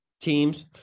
teams